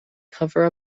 cover